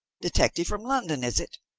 detective from london, is it?